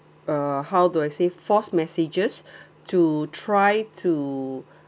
uh how do I say false messages to try to